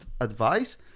advice